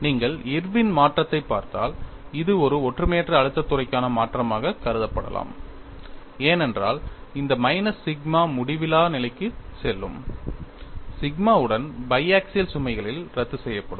நீங்கள் இர்வின் மாற்றத்தைப் பார்த்தால் இது ஒரு ஒற்றுமையற்ற அழுத்தத் துறைக்கான மாற்றமாகக் கருதப்படலாம் ஏனென்றால் இந்த மைனஸ் சிக்மா முடிவிலா நிலைக்குச் செல்லும் சிக்மாவுடன் பைஆக்சியல் சுமைகளில் ரத்து செய்யப்படும்